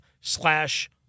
slash